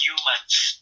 Humans